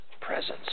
presence